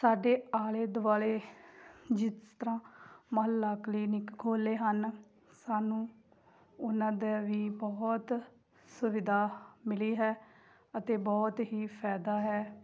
ਸਾਡੇ ਆਲੇ ਦੁਆਲੇ ਜਿਸ ਤਰ੍ਹਾਂ ਮੁਹੱਲਾ ਕਲੀਨਿਕ ਖੋਲ੍ਹੇ ਹਨ ਸਾਨੂੰ ਉਹਨਾਂ ਦਾ ਵੀ ਬਹੁਤ ਸੁਵਿਧਾ ਮਿਲੀ ਹੈ ਅਤੇ ਬਹੁਤ ਹੀ ਫਾਇਦਾ ਹੈ